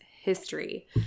history